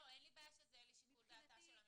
לא, אין לי בעיה שזה יהיה לשיקול דעתה של המשטרה.